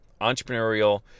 entrepreneurial